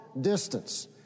distance